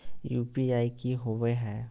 UPI की होबो है?